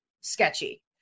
sketchy